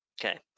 Okay